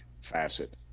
facet